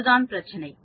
அதுதான் பிரச்சினை